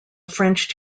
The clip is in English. french